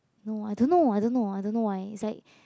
no I don't know I don't know I don't know why is like